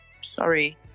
sorry